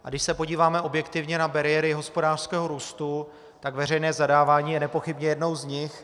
A když se podíváme objektivně na bariéry hospodářského růstu, tak veřejné zadávání je nepochybně jednou z nich.